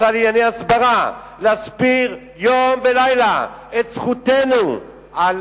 השר לענייני הסברה, להסביר יום ולילה את זכותנו על